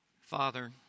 Father